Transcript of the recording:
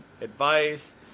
advice